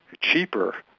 cheaper